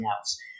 else